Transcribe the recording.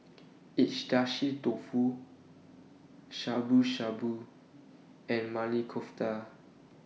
Agedashi Dofu Shabu Shabu and Maili Kofta